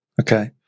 Okay